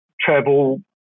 travel